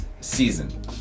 season